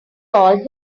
called